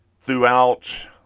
throughout